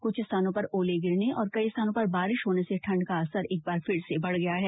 कुछ स्थानों पर ओले गिरने और कई स्थानों पर बारिश होने से ठण्ड का असर एक बार फिर से बढ़ गया है